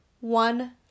one